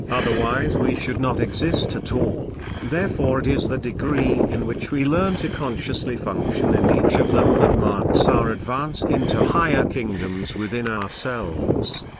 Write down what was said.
otherwise we should not exist at all therefore it is the degree in which we learn to consciously function in each of them that marks our advance into higher kingdoms within ourselves,